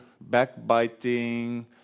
backbiting